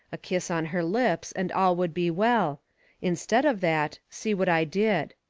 a kiss on her lips and all would be well instead of that, see what i did.